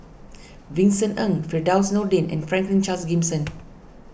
Vincent Ng Firdaus Nordin and Franklin Charles Gimson